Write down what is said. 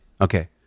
okay